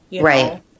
Right